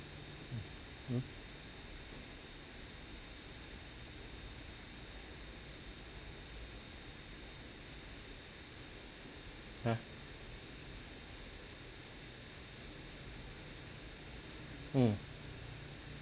mm hmm !huh! hmm